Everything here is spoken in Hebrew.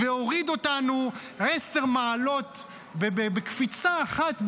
והוריד אותנו עשר מעלות בקפיצה אחת,